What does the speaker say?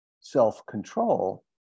self-control